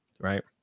Right